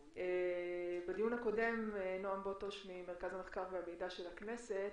בדיון הקודם נועם בוטוש ממרכז המחקר והמידע של הכנסת,